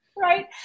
Right